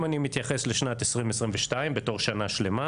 אם אני מתייחס לשנת 2022 בתור שנה שלמה